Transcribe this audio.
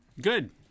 Good